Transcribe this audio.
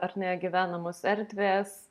ar negyvenamos erdvės